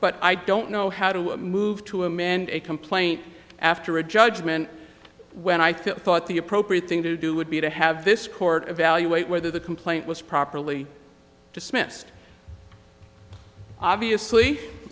but i don't know how to move to amend a complaint after a judgement when i thought the appropriate thing to do would be to have this court evaluate whether the complaint was properly dismissed obviously